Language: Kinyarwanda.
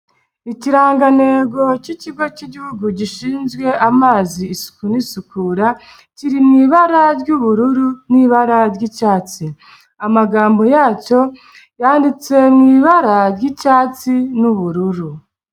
Ikirangantego k'ikigo k'igihugu gishinzwe amazi isuku n'isukura kiri mu ibara ry'ubururu n'ibara ry'icyatsi amagambo yacyo yanditse mu ibara ry'icyatsi n'ubururu.